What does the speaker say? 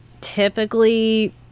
typically